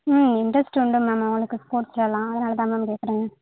ம் இண்ட்ரெஸ்ட் உண்டு மேம் அவங்களுக்கு ஸ்போர்ட்ஸ்லலாம் அதனால் தான் மேம் கேட்குறேன்